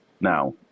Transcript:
Now